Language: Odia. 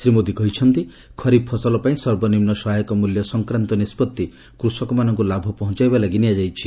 ଶ୍ରୀ ମୋଦି କହିଛନ୍ତି ଖରିଫ୍ ଫସଲ ପାଇଁ ସର୍ବନିମ୍ନ ସହାୟକ ମ୍ବଲ୍ୟ ସଂକ୍ରାନ୍ତ ନିଷ୍କତ୍ତି କୃଷକମାନଙ୍କୁ ଲାଭ ପହଞ୍ଚାଇବା ଲାଗି ନିଆଯାଇଛି